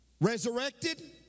Resurrected